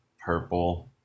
purple